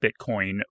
Bitcoin